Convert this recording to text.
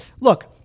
look